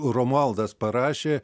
romualdas parašė